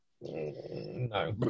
No